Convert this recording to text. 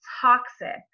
toxic